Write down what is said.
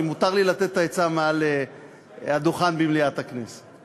מותר לי לתת את העצה מעל הדוכן במליאת הכנסת.